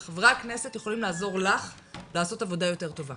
איך חברי הכנסת יכולים לעזור לך לעשות עבודה יותר טובה.